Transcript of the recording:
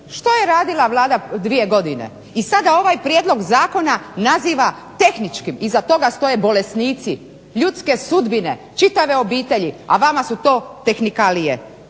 što je radila Vlada dvije godine. I sada ovaj prijedlog zakona naziva tehničkim. Iza toga stoje bolesnici, ljudske sudbine, čitave obitelji, a vama su to tehnikalije,